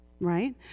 right